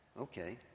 okay